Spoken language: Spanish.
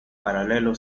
paralelo